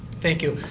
thank you.